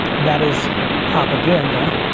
that is propaganda,